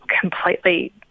completely